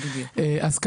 אז,